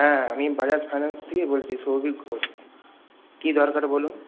হ্যাঁ আমি বাজাজ ফাইন্যান্স থেকেই বলছি শৌভিক ঘোষ কী দরকার বলুন